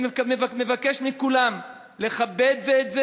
אני מבקש מכולם לכבד זה את זה,